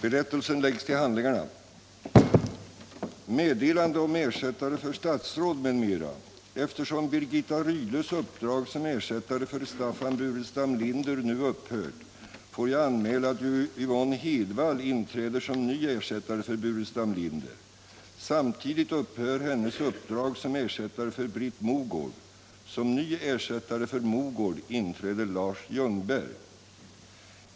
Eftersom Birgitta Rydles uppdrag som ersättare för Staffan Burenstam Linder nu upphört får jag anmäla att Yvonne Hedvall inträder som ny ersättare för Burenstam Linder. Samtidigt upphör hennes uppdrag som ersättare för Britt Mogård. Som ny ersättare för Mogård inträder Lars Ljungberg.